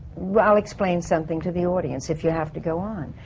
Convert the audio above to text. but i'll explain something to the audience if you have to go on.